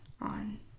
on